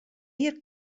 jier